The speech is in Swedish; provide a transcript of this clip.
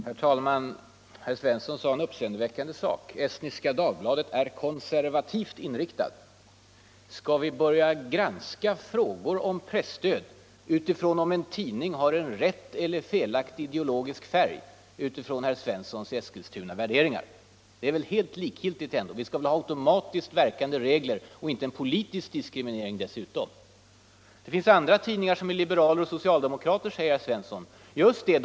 Herr talman! Herr Svensson i Eskilstuna sade en uppseendeväckande sak: Estniska Dagbladet är konservativt inriktad. Skall vi nu börja granska frågor om presstöd med utgångspunkt i om en tidning har rätt eller felaktig ideologisk färg, utifrån herr Svenssons i Eskilstuna värderingar? Det är väl ändå helt likgiltigt. Vi skall ha automatiskt verkande regler och inte en politisk diskriminering. Det finns andra tidningar som företräder liberala och socialdemokratiska värderingar, säger herr Svensson. Just det!